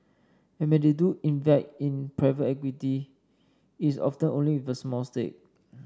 and when they do invite in private equity it's often only with a small stake